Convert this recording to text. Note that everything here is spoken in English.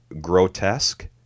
grotesque